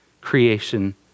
creation